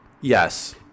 Yes